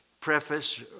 preface